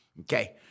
Okay